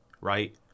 right